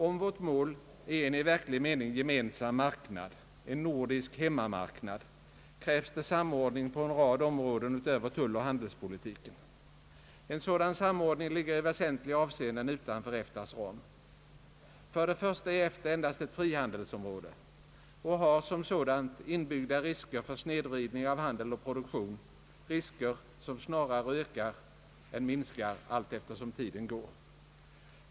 Om vårt mål är en i verklig mening gemensam marknad, en ”nordisk hemmamarknad”, krävs det en samordning på en rad områden utöver tulloch handelsområdet. En sådan samordning ligger i väsentliga avseenden utanför EFTA:s ram. För det första är EFTA endast ett frihandeisområde och har som sådant inbyggda risker för snedvridning av handel och produktion, risker som snarare ökar än minskar allteftersom tiden går.